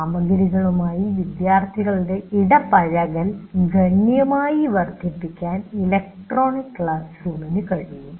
സാമഗ്രികളുമായി വിദ്യാർത്ഥികളുടെ ഇടപഴകൽ ഗണ്യമായി വർദ്ധിപ്പിക്കാൻ ഇലക്ട്രോണിക് ക്ലാസ് റൂമിന് കഴിയും